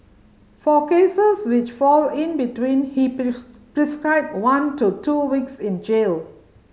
for cases which fall in between he prescribed one to two weeks in jail